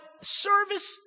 service